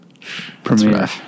premiere